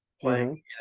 playing